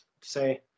say